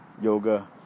yoga